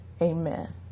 Amen